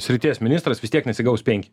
srities ministras vis tiek nesigaus penki